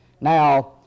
Now